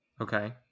Okay